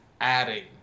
adding